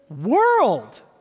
world